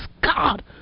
God